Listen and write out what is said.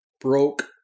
broke